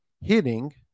hitting